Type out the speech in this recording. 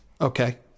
Okay